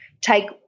take